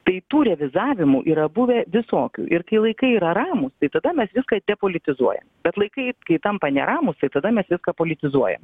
tai tų revizavimu yra buvę visokių ir kai laikai yra ramūs tai tada mes viską depolitizuoja bet laikai kai tampa neramūs tai tada mes viską politizuoja